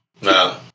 No